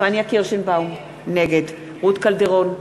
פניה קירשנבאום, נגד רות קלדרון,